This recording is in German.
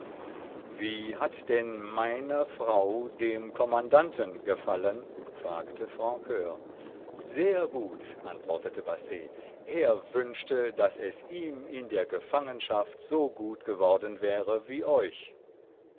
wie hat denn meine frau dem kommandanten gefallen fragte francur sehr gut antwortete basset er wünschte daß es ihm in der gefangenschaft so gut geworden wäre wie euch